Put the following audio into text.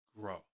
grow